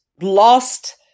lost